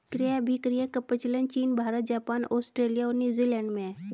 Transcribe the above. क्रय अभिक्रय का प्रचलन चीन भारत, जापान, आस्ट्रेलिया और न्यूजीलैंड में है